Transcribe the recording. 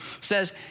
says